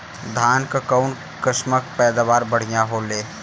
धान क कऊन कसमक पैदावार बढ़िया होले?